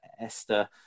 Esther